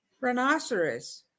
rhinoceros